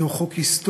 זהו חוק היסטורי,